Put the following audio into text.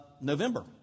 November